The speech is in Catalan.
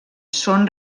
són